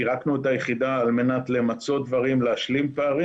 פירקנו את היחידה על מנת למצות דברים ולהשלים פערים